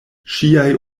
ŝiaj